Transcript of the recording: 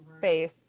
face